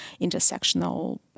intersectional